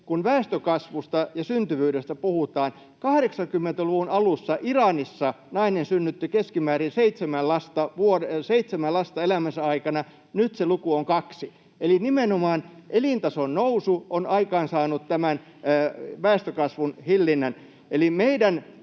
Kun väestönkasvusta ja syntyvyydestä puhutaan, hyvä esimerkki on se, että 80-luvun alussa Iranissa nainen synnytti keskimäärin seitsemän lasta elämänsä aikana. Nyt se luku on kaksi. Eli nimenomaan elintason nousu on aikaansaanut tämän väestönkasvun hillinnän. Eli meidän